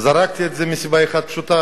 זרקתי את זה מסיבה אחת פשוטה.